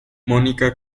mónica